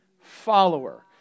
Follower